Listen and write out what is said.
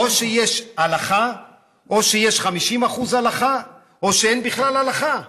או שיש 50% הלכה או שאין בכלל הלכה,